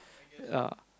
ya